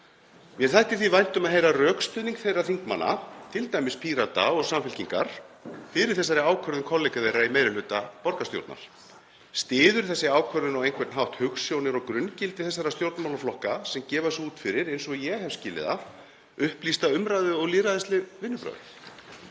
Mér þætti því vænt um að heyra rökstuðning þingmanna, t.d. Pírata og Samfylkingar, fyrir þessari ákvörðun kollega þeirra í meiri hluta borgarstjórnar. Styður þessi ákvörðun á einhvern hátt hugsjónir og grunngildi þessara stjórnmálaflokka sem gefa sig út fyrir, eins og ég hef skilið það, upplýsta umræðu og lýðræðisleg vinnubrögð?